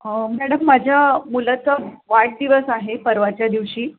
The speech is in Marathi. मॅडम माझ्या मुलाचा वाढदिवस आहे परवाच्या दिवशी